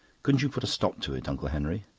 couldn't you put a stop to it, uncle henry?